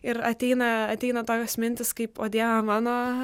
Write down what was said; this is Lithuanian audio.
ir ateina ateina tokios mintys kaip o dieve mano